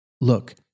Look